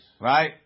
Right